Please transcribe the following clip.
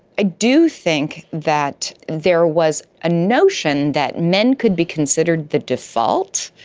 i do think that there was a notion that men could be considered the default.